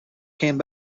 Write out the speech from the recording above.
came